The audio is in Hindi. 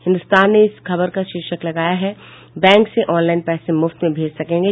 हिन्दुस्तान ने इस खबर का शीर्षक लगाया है बैंक से ऑनलाईन पैसे मुफ्त में भेज सकेंगे